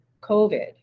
COVID